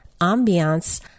ambiance